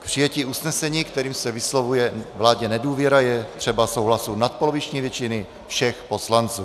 K přijetí usnesení, kterým se vyslovuje vládě nedůvěra, je třeba souhlasu nadpoloviční většiny všech poslanců.